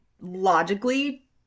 logically